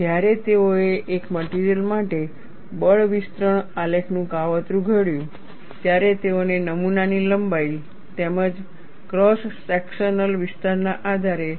જ્યારે તેઓએ એક મટિરિયલ માટે બળ વિસ્તરણ આલેખનું કાવતરું ઘડ્યું ત્યારે તેઓને નમૂનાની લંબાઈ તેમજ ક્રોસ સેક્શનલ વિસ્તારના આધારે